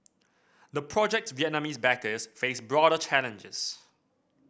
the project's Vietnamese backers face broader challenges